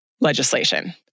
legislation